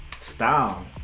style